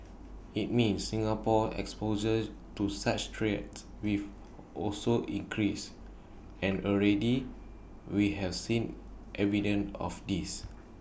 IT means Singapore's exposure to such threats wave also increase and already we have seen evidence of this